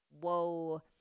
Whoa